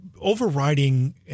overriding